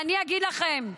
אני אגיד לכם,